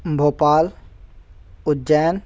Bhopal Ujjain